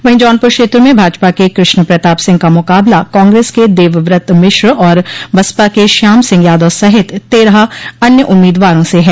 वहीं जौनपुर क्षेत्र में भाजपा के कृष्ण प्रताप सिंह का मुकाबला कांग्रेस के देववत मिश्र और बसपा के श्याम सिंह यादव सहित तेरह अन्य उम्मीदवारों से है